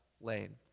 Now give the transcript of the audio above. lane